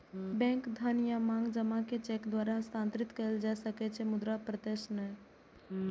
bank धन या मांग जमा कें चेक द्वारा हस्तांतरित कैल जा सकै छै, मुदा प्रत्यक्ष नहि